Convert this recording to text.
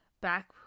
back